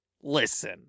listen